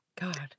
god